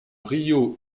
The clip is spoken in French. rio